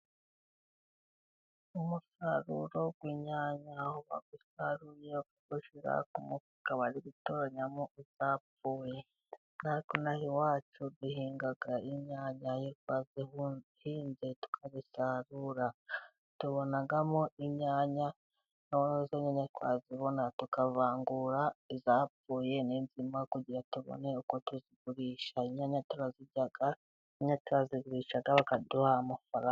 Umusaruro w'inyanya. Uba usaruye ugashyira ku mufuka wari gutoranyamo izapfuye . Nkatwe inaha iwacu duhinga inyanya. Iyo twahinze, tukazisarura, tubonamo inyanya , noneho twazibona, tukavangura izapfuye n'inzima, kugira ngo tubone uko tuzigurisha. Inyanya turazirya, inyanya turazigurisha bakaduha amafaranga.